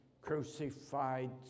crucified